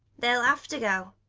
they'll have to go.